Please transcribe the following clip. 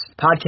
podcast